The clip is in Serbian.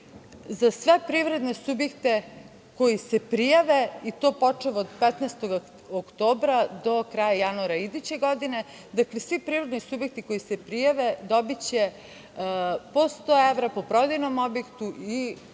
za sve privredne subjekte koji se prijave i to počev od 15. oktobra do kraja januara iduće godine. Dakle, svi privredni subjekti koji se prijave dobiće po 100 evra po prodajnom objektu i